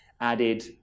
added